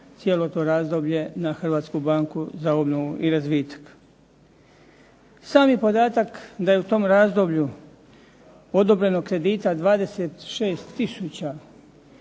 cijelo to razdoblje na Hrvatsku banku za obnovu i razvitak. Sami podatak da je u tom razdoblju odobreno kredita 26 tisuća,